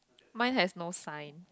mine have no sign